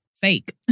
fake